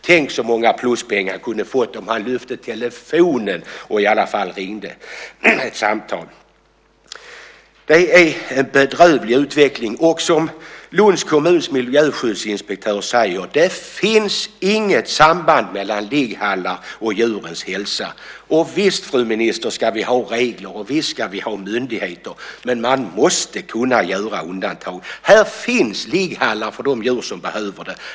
Tänk så många pluspoäng han kunde ha fått om han lyfte telefonen och i alla fall ringde ett samtal! Detta är en bedrövlig utveckling. Som Lunds kommuns miljöskyddsinspektör säger så finns det inte något samband mellan ligghallar och djurens hälsa. Och visst, fru minister, ska vi ha regler och visst ska vi ha myndigheter. Men man måste kunna göra undantag. Här finns ligghallar för de djur som behöver det.